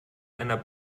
einer